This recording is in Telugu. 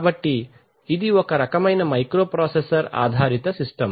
కాబట్టి ఇది ఒక రకమైన మైక్రోప్రాసెసర్ ఆధారిత సిస్టం